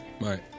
right